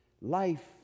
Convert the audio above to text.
life